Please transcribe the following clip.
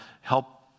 help